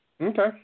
Okay